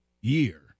year